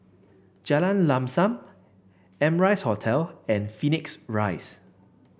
Jalan Lam Sam Amrise Hotel and Phoenix Rise